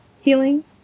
healing